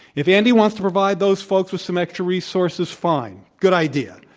if andy wants to provide those folks with some extra resources, fine. good idea.